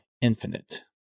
Infinite